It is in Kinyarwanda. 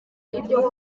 ibyo